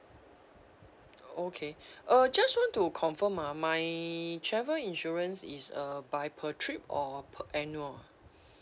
okay uh just want to confirm ah my travel insurance is uh by per trip or per annual